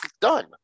done